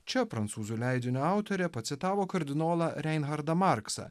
čia prancūzų leidinio autorė pacitavo kardinolą reinhartą marksą